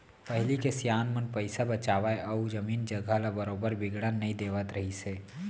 पहिली के सियान मन पइसा बचावय अउ जमीन जघा ल बरोबर बिगड़न नई देवत रहिस हे